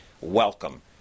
Welcome